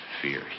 Fear